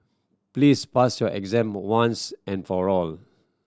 please pass your exam once and for all